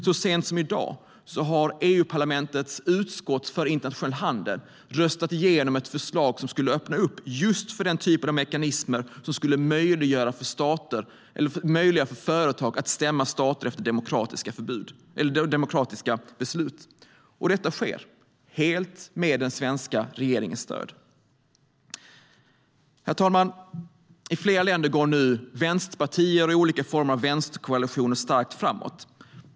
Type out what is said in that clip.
Så sent som i dag har EU-parlamentets utskott för internationell handel röstat igenom ett förslag som skulle öppna upp för just den typen av mekanismer som skulle möjliggöra för företag att stämma stater för demokratiska beslut. Och detta sker helt med den svenska regeringens stöd. Herr talman! I flera länder går nu vänsterpartier och olika former av vänsterkoalitioner starkt framåt.